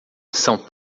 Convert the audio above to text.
são